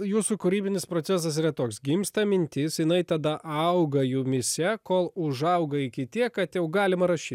jūsų kūrybinis procesas yra toks gimsta mintis jinai tada auga jumyse kol užauga iki tiek kad jau galima rašyt